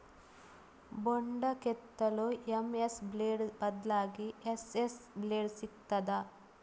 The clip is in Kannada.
ಬೊಂಡ ಕೆತ್ತಲು ಎಂ.ಎಸ್ ಬ್ಲೇಡ್ ಬದ್ಲಾಗಿ ಎಸ್.ಎಸ್ ಬ್ಲೇಡ್ ಸಿಕ್ತಾದ?